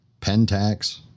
Pentax